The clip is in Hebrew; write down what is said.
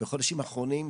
בחודשים האחרונים,